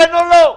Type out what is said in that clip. כן או לא?